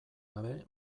gabe